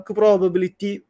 probability